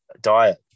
diet